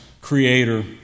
creator